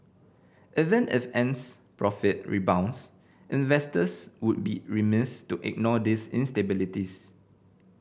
even if Ant's profit rebounds investors would be remiss to ignore these instabilities